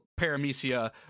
paramecia